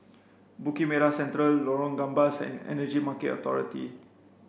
Bukit Merah Central Lorong Gambas and Energy Market Authority